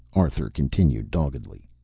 arthur continued doggedly.